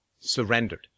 surrendered